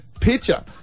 picture